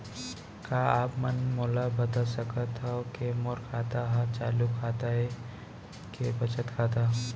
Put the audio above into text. का आप मन मोला बता सकथव के मोर खाता ह चालू खाता ये के बचत खाता?